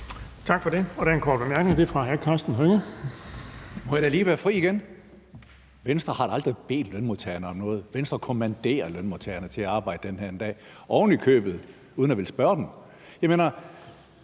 Tak for det. Der er en kort bemærkning, og det er fra hr. Karsten Hønge. Kl. 14:56 Karsten Hønge (SF): Må jeg da lige være fri igen? Venstre har da aldrig bedt lønmodtagerne om noget; Venstre kommanderer lønmodtagerne til at arbejde den her dag, ovenikøbet uden at ville spørge dem. Jeg mener: